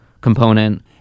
component